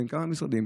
בין כמה משרדים,